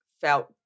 felt